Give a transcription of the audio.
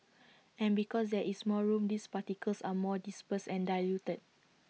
and because there is more room these particles are more dispersed and diluted